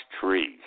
trees